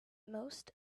most